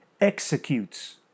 executes